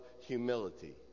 humility